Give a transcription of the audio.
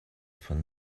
von